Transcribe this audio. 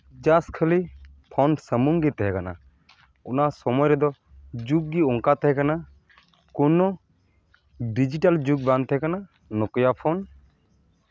just ᱠᱷᱟᱹᱞᱤ phone ᱥᱩᱢᱩᱝ ᱜᱮ ᱛᱟᱦᱮᱸ ᱠᱟᱱᱟ ᱚᱱᱟ ᱥᱚᱢᱚᱭ ᱨᱮᱫᱚ ᱡᱩᱜᱽ ᱜᱮ ᱚᱱᱠᱟ ᱛᱟᱦᱮᱸ ᱠᱟᱱᱟ ᱠᱳᱱᱳ ᱰᱤᱡᱤᱴᱟᱞ ᱡᱩᱜᱽ ᱵᱟᱝ ᱛᱟᱦᱮᱸ ᱠᱟᱱᱟ ᱱᱳᱠᱮᱭᱟ ᱯᱷᱳᱱ